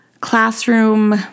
classroom